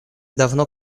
давно